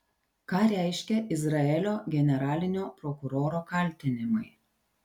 ką reiškia izraelio generalinio prokuroro kaltinimai